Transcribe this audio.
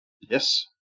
Yes